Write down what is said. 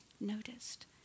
Noticed